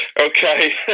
okay